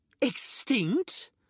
Extinct